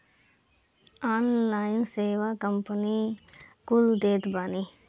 online सेवा company कुल देत बानी